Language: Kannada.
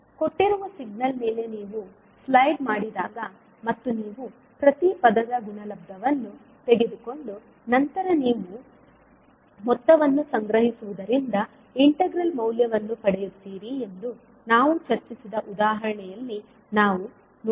ಕೊಟ್ಟಿರುವ ಸಿಗ್ನಲ್ ಮೇಲೆ ನೀವು ಸ್ಲೈಡ್ ಮಾಡಿದಾಗ ಮತ್ತು ನೀವು ಪ್ರತಿ ಪದದ ಗುಣಲಬ್ಧವನ್ನು ತೆಗೆದುಕೊಂಡು ನಂತರ ನೀವು ಮೊತ್ತವನ್ನು ಸಂಗ್ರಹಿಸುವುದರಿಂದ ಇಂಟಿಗ್ರಲ್ ಮೌಲ್ಯವನ್ನು ಪಡೆಯುತ್ತೀರಿ ಎಂದು ನಾವು ಚರ್ಚಿಸಿದ ಉದಾಹರಣೆಯಲ್ಲಿ ನಾವು ನೋಡಿದ್ದೇವೆ